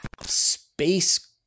Space